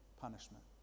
punishment